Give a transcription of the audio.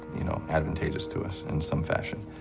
you know, advantageous to us in some fashion,